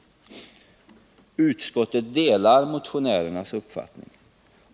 Utskottet delar motionärernas uppfattning.